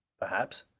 perhaps.